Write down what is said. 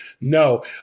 No